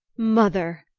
mother!